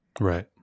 right